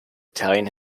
italian